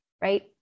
right